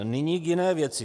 Nyní k jiné věci.